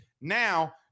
Now